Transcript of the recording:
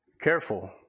Careful